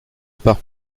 pas